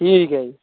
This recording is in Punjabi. ਠੀਕ ਹੈ ਜੀ